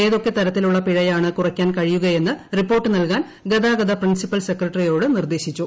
ഏതൊക്കെ തരത്തിലുള്ള പിഴയാണ് കുറയ്ക്കാൻ കഴിയുകയെന്ന് റിപ്പോർട്ട് നൽകാൻ ഗതാഗത പ്രിൻസിപ്പൽ സെക്രട്ടറിയോട് നിർദ്ദേശിച്ചു